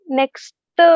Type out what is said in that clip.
next